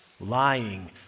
Lying